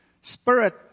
Spirit